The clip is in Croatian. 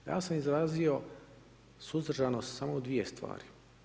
Ja sam izrazio suzdržanost samo u dvije stvari.